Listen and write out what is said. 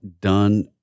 done